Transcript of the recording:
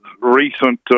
recent